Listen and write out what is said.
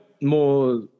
more